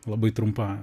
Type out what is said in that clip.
labai trumpa